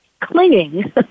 clinging